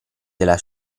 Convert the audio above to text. della